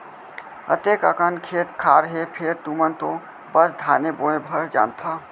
अतेक अकन खेत खार हे फेर तुमन तो बस धाने बोय भर जानथा